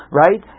right